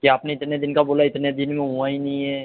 कि आपने इतने दिन का बोला इतने दिन में हुआ ही नहीं है